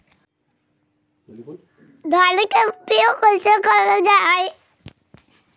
सरसो के बीज कितने दिन में अंकुरीत हो जा हाय?